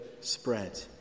spread